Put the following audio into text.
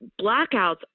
blackouts